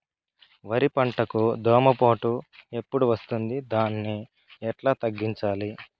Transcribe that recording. వరి పంటకు దోమపోటు ఎప్పుడు వస్తుంది దాన్ని ఎట్లా తగ్గించాలి?